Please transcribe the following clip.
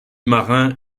marin